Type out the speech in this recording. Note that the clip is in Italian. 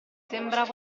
sembrava